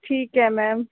ਠੀਕ ਹੈ ਮੈਮ